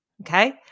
okay